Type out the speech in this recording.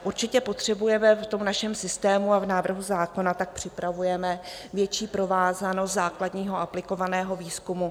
Určitě potřebujeme v tom našem systému a v návrhu zákona tak připravujeme větší provázanost základního a aplikovaného výzkumu.